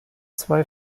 zwei